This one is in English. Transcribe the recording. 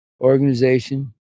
organization